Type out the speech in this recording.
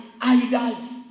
idols